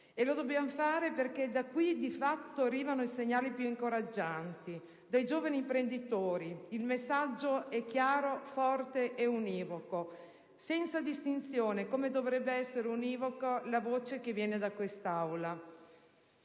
e dobbiamo farlo perché da qui di fatto arrivano i segnali più incoraggianti. Dai giovani imprenditori il messaggio è chiaro, forte e univoco, senza distinzioni, come dovrebbe essere univoca la voce che viene da quest'Aula: